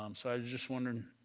um so i was just wondering,